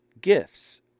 gifts